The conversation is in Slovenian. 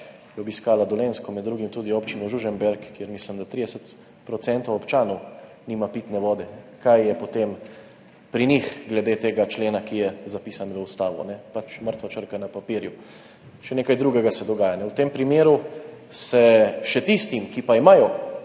obiskala Dolenjsko, med drugim tudi občino Žužemberk, kjer mislim, da 30 % občanov nima pitne vode. Kaj je potem pri njih glede tega člena, ki je zapisan v Ustavo? Pač mrtva črka na papirju. Še nekaj drugega se dogaja. V tem primeru se še tistim, ki imajo